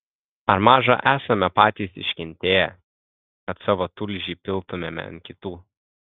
ar maža esame patys iškentėję kad savo tulžį piltumėme ant kitų